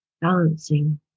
balancing